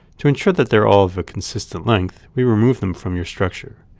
to ensure that they are all of a consistent length, we remove them from your structure.